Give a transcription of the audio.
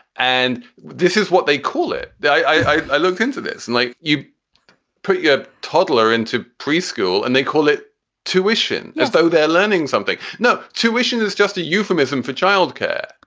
and this is what they call it. i i look into this and like you put your toddler into preschool and they call it tuition as though they're learning something. no, tuition is just a euphemism for child care.